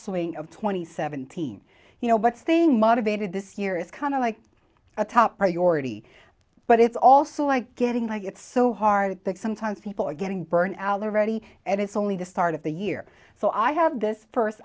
swing of twenty seventeen you know but staying motivated this year is kind of like a top priority but it's also like getting like it's so hard that sometimes people are getting burned out they're ready and it's only the start of the year so i have this first